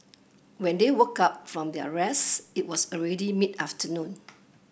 when they woke up from their rest it was already mid afternoon